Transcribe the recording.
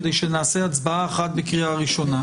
כדי שנעשה הצבעה אחת בקריאה הראשונה.